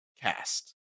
cast